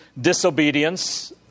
disobedience